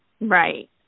right